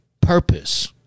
purpose